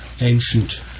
ancient